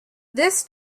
this